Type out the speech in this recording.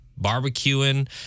barbecuing